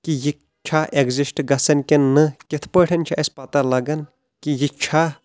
کہِ یہِ چھا ایٚگزسٹ گژھان کِنہٕ نہ کتھ پٲٹھۍ چھِ اسہِ پتہ لگان کہِ یہ چھا